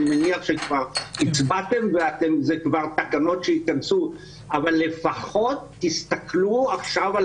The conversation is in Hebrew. אני מניח שכבר הצבעתם ואלה תקנות שייכנסו אבל לפחות תסתכלו עכשיו על